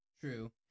True